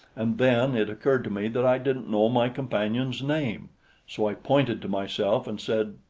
and then it occurred to me that i didn't know my companion's name so i pointed to myself and said,